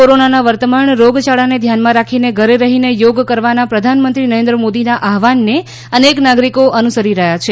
કોરોનાના વર્તમાન રોગયાળાને ધ્યાનમાં રાખીને ઘરે રહીને યોગ કરવાના પ્રધાનમંત્રી નરેન્દ્ર મોદીના આહવાનને અનેક નાગરિકો અનુસરી રહ્યા છે